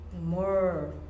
more